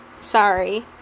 Sorry